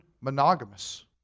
monogamous